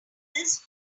this